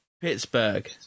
pittsburgh